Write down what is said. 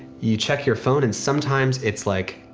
you check your phone and sometimes it's like,